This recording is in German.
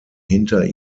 hinter